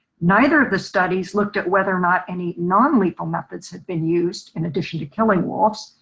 neither of the studies looked at whether or not any non lethal methods had been used in addition to killing wolves.